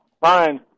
fine